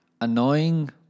annoying